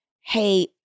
Hey